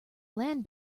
land